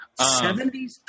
70s